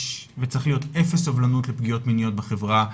וצריך להיות אפס סובלנות על פגיעות מיניות בחברה הישראלית,